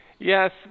Yes